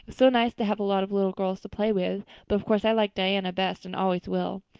so nice to have a lot of little girls to play with. but of course i like diana best and always will.